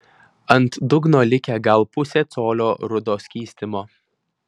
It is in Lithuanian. ant dugno likę gal pusė colio rudo skystimo